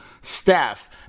staff